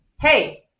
hey